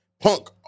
punk